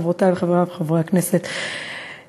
חברותי וחברי חברי הכנסת,